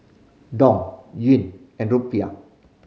Dong Yuan and Rupiah